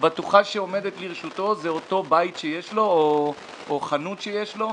הבטוחה שעומדת לרשותו זה אותו בית שיש לו או חנות שיש לו.